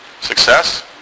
success